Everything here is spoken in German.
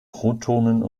protonen